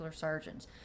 surgeons